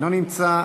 אינו נמצא,